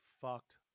fucked